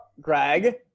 Greg